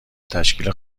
تشکیل